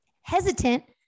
hesitant